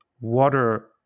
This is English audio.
water